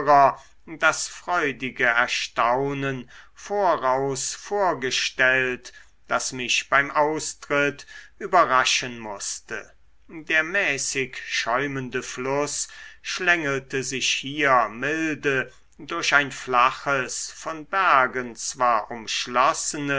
das freudige erstaunen voraus vorgestellt das mich beim austritt überraschen mußte der mäßig schäumende fluß schlängelte sich hier milde durch ein flaches von bergen zwar umschlossenes